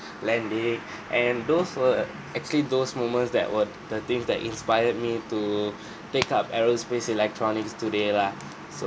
landing and those were actually those moments that were the things that inspired me to take up aerospace electronics today lah so